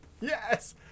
Yes